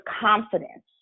confidence